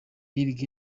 bill